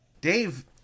Dave